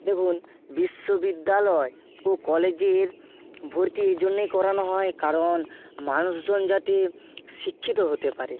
দেখুন বিশ্ববিদ্যালয় ও কলেজের ভর্তি এজন্যেই করানো হয় কারণ মানুষজন যাতে শিক্ষিত হতে পারে